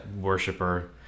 worshiper